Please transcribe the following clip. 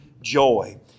joy